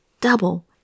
double